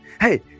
Hey